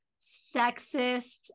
sexist